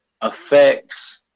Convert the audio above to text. affects